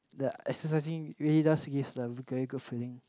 the exercising really does give a very good feeling